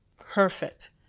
perfect